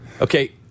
Okay